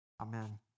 Amen